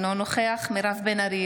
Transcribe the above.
אינו נוכח מירב בן ארי,